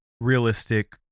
realistic